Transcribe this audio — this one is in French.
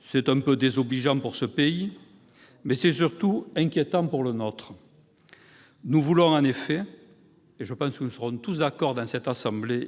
C'est un peu désobligeant pour ce pays, mais c'est surtout inquiétant pour le nôtre. Nous voulons en effet, et je pense que nous serons tous d'accord dans cette assemblée,